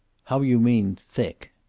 how you mean thick?